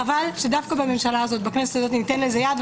חבל שדווקא בממשלה הזאת, בכנסת הזאת, ניתן לזה יד.